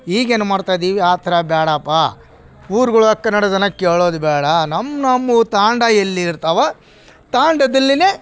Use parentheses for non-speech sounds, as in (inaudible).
ಈಗೇನು ಮಾಡ್ತಾ ಇದೀವಿ ಆ ಥರ ಬೇಡಪಾ ಊರ್ಗಳು (unintelligible) ಕೇಳೋದು ಬೇಡ ನಮ್ಮ ನಮ್ಮ ತಾಂಡ ಎಲ್ಲಿ ಇರ್ತಾವೆ ತಾಂಡದಲ್ಲಿ